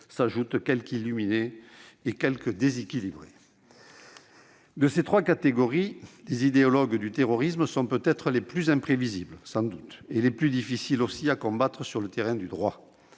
s'ajoutent quelques illuminés et quelques déséquilibrés. De ces trois catégories, les « idéologues » du terrorisme sont sans doute les plus imprévisibles et les plus difficiles à combattre sur le terrain du droit.